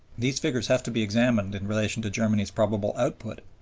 these figures have to be examined in relation to germany's probable output.